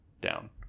Down